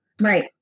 Right